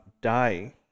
day